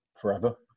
forever